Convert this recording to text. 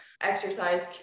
exercise